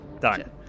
Done